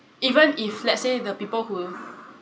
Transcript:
even if let's say the people who